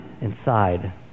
inside